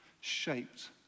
shaped